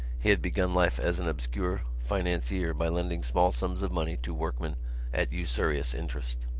he had begun life as an obscure financier by lending small sums of money to workmen at usurious interest.